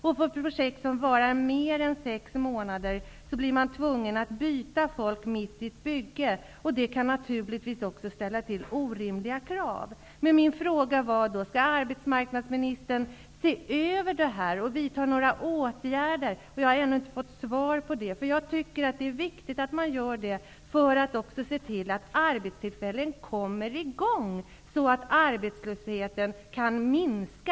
För projekt som varar i mer än sex månader blir man tvungen att byta folk mitt i ett bygge, och det kan naturligtvis också innebära orimliga krav. Min fråga var: Skall arbetsmarknadsministern se över det här och vidta några åtgärder? Jag har ännu inte fått svar på den. Jag tycker att det är viktigt att man gör detta för att se till att arbetstillfällen kommer i gång, så att arbetslösheten kan minska.